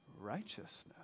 Righteousness